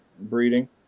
breeding